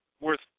worth